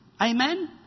Amen